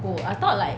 oh I thought like